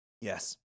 Yes